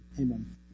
Amen